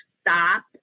stop